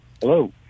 Hello